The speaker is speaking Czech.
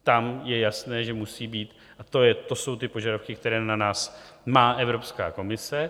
Tam je jasné, že to musí být, a to jsou požadavky, které na nás má Evropská komise.